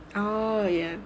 oh ya